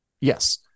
Yes